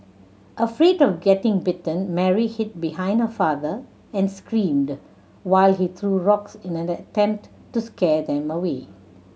afraid of getting bitten Mary hid behind her father and screamed while he threw rocks in an attempt to scare them away